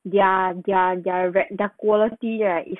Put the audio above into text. their their their reduct quality right is